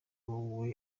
wowe